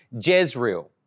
Jezreel